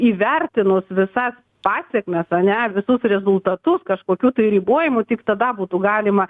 įvertinus visas pasekmes ane visus rezultatus kažkokių tai ribojimų tik tada būtų galima